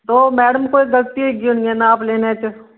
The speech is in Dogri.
ओह् मैडम जी कोई गलती होई होनी ऐ नाप लैने च